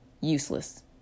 useless